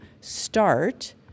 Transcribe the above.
start